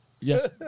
Yes